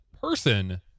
person